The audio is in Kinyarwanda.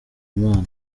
imana